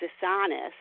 dishonest